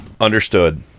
Understood